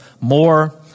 more